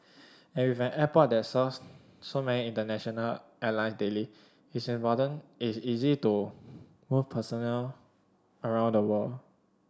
and with an airport that serves so many international airline daily it's a it's easy to move personnel around the world